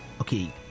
okay